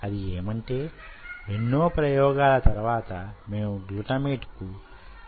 అది యేమంటే ఎన్నో ప్రయోగాల తరువాత మేము గ్లూటమేట్ కు సెరోటోనిన్ ను కలిపేము